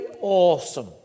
awesome